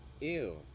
Ew